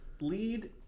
lead